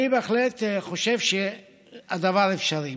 אני בהחלט חושב שהדבר אפשרי,